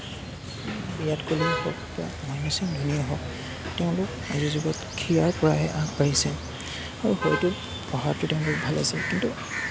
বিৰাট কোহলী হওঁক বা মহেন্দ্ৰ সিং ধোনীয়েই হওঁক তেওঁলোক আজিৰ যুগত খেলাৰ পৰাহে আগ বাঢ়িছে আৰু হয়তো পঢ়াতো তেওঁলোক ভাল আছিল কিন্তু